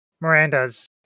Miranda's